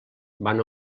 van